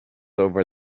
over